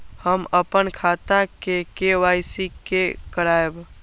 हम अपन खाता के के.वाई.सी के करायब?